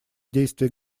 действия